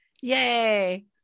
Yay